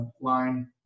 line